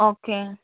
okay